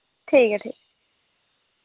ठीक ऐ ठीक